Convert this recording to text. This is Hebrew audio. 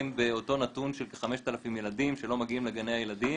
באותו נתון של כ-5,000 ילדים שלא מגיעים לגני הילדים.